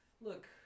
Look